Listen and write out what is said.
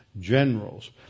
generals